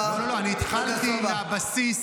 עד כדי כך הסיקור אוהד שאפילו לדברים